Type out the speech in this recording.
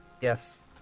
yes